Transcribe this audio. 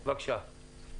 בבקשה.